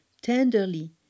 tenderly